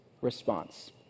response